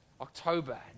October